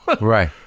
Right